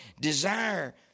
desire